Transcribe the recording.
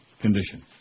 condition